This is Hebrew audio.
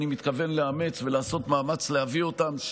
ואני מתכוון לאמץ ולעשות מאמץ להביא אותם,